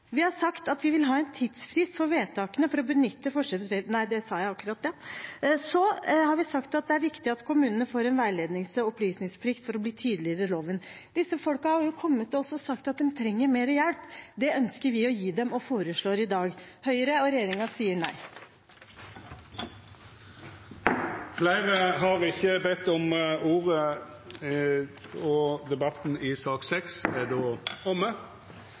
nei. Vi har sagt at det er viktig at kommunene får en veilednings- og opplysningsplikt for å bli tydeligere på hva loven sier. Disse folkene har kommet til oss og sagt at de trenger mer hjelp. Det ønsker vi å gi dem, og det foreslår vi i dag – Høyre og resten av regjeringen sier nei. Fleire har ikkje bedt om ordet til sak nr. 6. Etter ynske frå kommunal- og